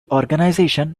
organization